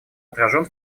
отражен